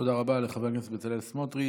תודה רבה לחבר הכנסת בצלאל סמוטריץ'.